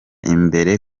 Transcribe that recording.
imbere